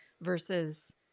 versus